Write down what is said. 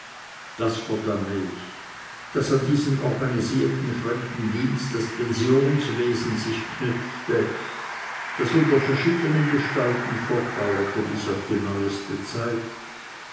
das verdamme ich daß an diesen organisierten fremden dienst das pensionswesen sich knüpfte das unter verschiedenen gestalten fortdauerte bis auf die neueste zeit